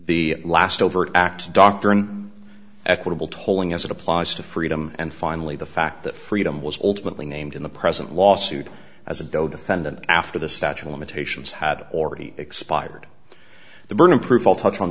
the last overt act doctrine equitable tolling as it applies to freedom and finally the fact that freedom was ultimately named in the present lawsuit as a dodo thousand and after the statute of limitations had already expired the burden of proof i'll touch on